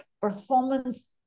performance